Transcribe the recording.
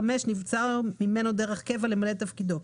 נבצר ממנו דרך קבע למלא את תפקידו.